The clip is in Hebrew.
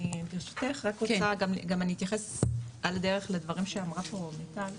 אני ברשותך אתייחס על הדרך לדברים שאמרה פה מיטל.